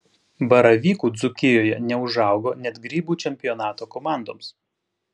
baravykų dzūkijoje neužaugo net grybų čempionato komandoms